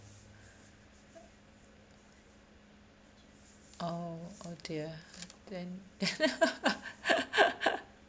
oh oh dear then